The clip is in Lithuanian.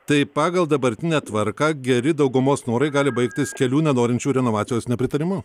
tai pagal dabartinę tvarką geri daugumos norai gali baigtis kelių nenorinčių renovacijos nepritarimu